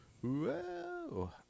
whoa